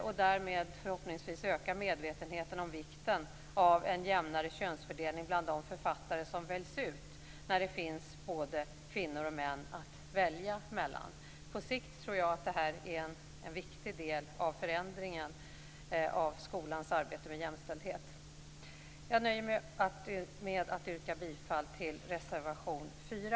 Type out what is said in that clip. Därmed kan vi förhoppningsvis öka medvetenheten om vikten av en jämnare könsfördelning bland de författare som väljs ut när det finns både kvinnor och män att välja mellan. På sikt tror jag att detta är en viktig del av förändringen av skolans arbete med jämställdhet. Jag nöjer mig med att yrka bifall till reservation 4